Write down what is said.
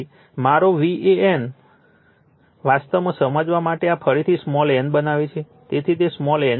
તેથી મારો VAN વાસ્તવમાં સમજવા માટે આ ફરીથી સ્મોલ n બનાવે છે તેથી તે સ્મોલ n છે